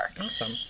Awesome